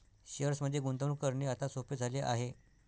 शेअर्समध्ये गुंतवणूक करणे आता सोपे झाले आहे